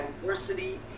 diversity